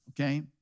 okay